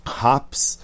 hops